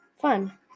Fun